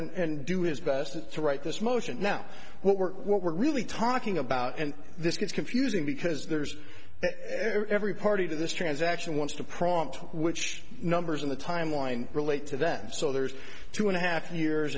and do his best to write this motion now what we're what we're really talking about and this gets confusing because there's every party to this transaction wants to prompt which numbers in the timeline relate to them so there's two and a half years